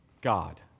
God